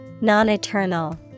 Non-eternal